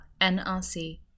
NRC